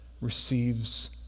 receives